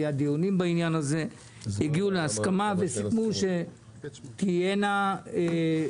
היו דיוני בעניין הזה וסיכמו שתהיה נציגות